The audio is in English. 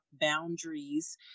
boundaries